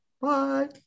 Bye